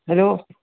hello